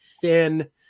thin